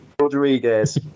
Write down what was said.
Rodriguez